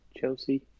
Chelsea